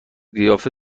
قیافه